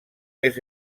més